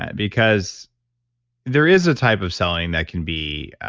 because there is a type of selling that can be